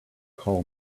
call